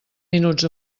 minuts